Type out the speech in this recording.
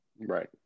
right